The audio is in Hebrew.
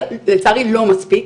לצערי לא מספיק.